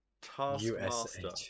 Taskmaster